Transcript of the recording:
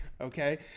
okay